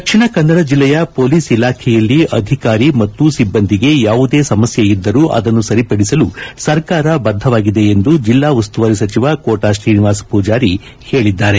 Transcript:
ದಕ್ಷಿಣ ಕನ್ನಡ ಜಿಲ್ಲೆಯ ಪೊಲೀಸ್ ಇಲಾಖೆಯಲ್ಲಿ ಅಧಿಕಾರಿ ಮತ್ತು ಸಿಬ್ಬಂದಿಗೆ ಯಾವುದೇ ಸಮಸ್ಯೆ ಇದ್ದರೂ ಅದನ್ನು ಸರಿಪಡಿಸಲು ಸರಕಾರ ಬದ್ದವಾಗಿದೆ ಎಂದು ಜಿಲ್ಲಾ ಉಸ್ತುವಾರಿ ಸಚಿವ ಕೋಟ ಶ್ರೀನಿವಾಸ ಪೂಜಾರಿ ಹೇಳಿದ್ದಾರೆ